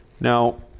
Now